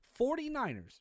49ERS